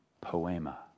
Poema